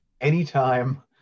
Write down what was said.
anytime